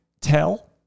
tell